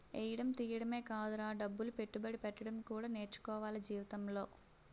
ఎయ్యడం తియ్యడమే కాదురా డబ్బులు పెట్టుబడి పెట్టడం కూడా నేర్చుకోవాల జీవితంలో